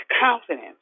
confidence